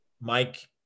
Mike